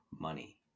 money